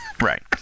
right